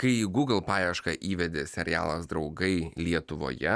kai į gugl paiešką įvedi serialas draugai lietuvoje